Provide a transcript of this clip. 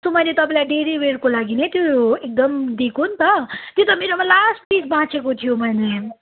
त्यो त मैले तपाईँलाई डेली वेयरको लागि नै त्यो एकदम दिएको नि त त्यो त मेरोमा लास्ट पिस बाँचेको थियो मैले